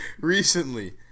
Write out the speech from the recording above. recently